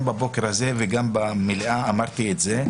גם בבוקר הזה וגם במליאה אמרתי את זה,